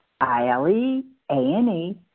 I-L-E-A-N-E